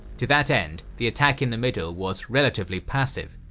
to that end, the attack in the middle was relatively passive.